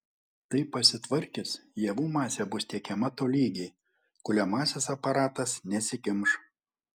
tai pasitvarkius javų masė bus tiekiama tolygiai kuliamasis aparatas nesikimš